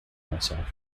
myself